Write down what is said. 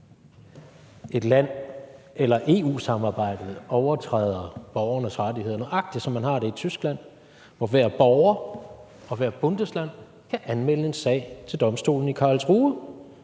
et land eller EU-samarbejdet overtræder borgernes rettigheder, nøjagtig som man har det i Tyskland, hvor hver borger og hvert bundesland kan anmelde en sag til domstolen i Karlsruhe.